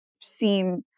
seem